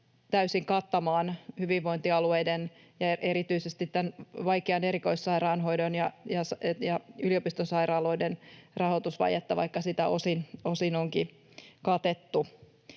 täysin kattamaan hyvinvointialueiden rahoitusvajetta, erityisesti erikoissairaanhoidon ja yliopistosairaaloiden vaikeaa rahoitusvajetta, vaikka sitä osin onkin katettu.